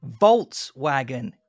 Volkswagen